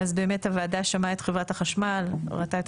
הוועדה שמעה את חברת החשמל וראתה את